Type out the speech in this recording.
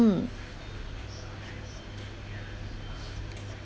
mm